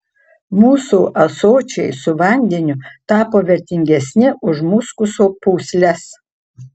mūsų ąsočiai su vandeniu tapo vertingesni už muskuso pūsles